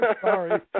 Sorry